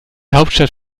hauptstadt